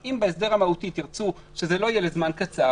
אם בהסדר המהותי תרצו שזה לא יהיה לזמן קצר,